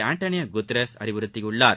Antonio Guterres வலியுறுத்தியுள்ளார்